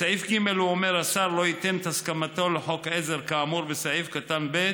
בסעיף (ג) הוא אומר: "השר לא ייתן הסכמתו לחוק עזר כאמור בסעיף קטן (ב),